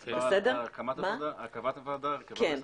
את מצביעה על הקמת הוועדה ועל הרכבה וסמכויותיה.